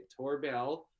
Torbell